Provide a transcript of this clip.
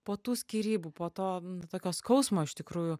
po tų skyrybų po to tokio skausmo iš tikrųjų